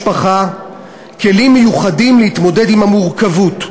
משפחה כלים מיוחדים להתמודד עם המורכבות,